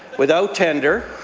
without tender,